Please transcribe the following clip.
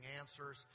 answers